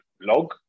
blog